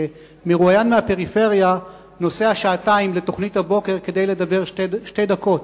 שמרואיין מהפריפריה נוסע שעתיים לתוכנית הבוקר כדי לדבר שתי דקות,